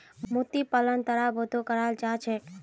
मोती पालन तालाबतो कराल जा छेक